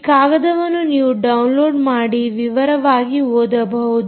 ಈ ಕಾಗದವನ್ನು ನೀವು ಡೌನ್ಲೋಡ್ ಮಾಡಿ ವಿವರವಾಗಿ ಓದಬಹುದು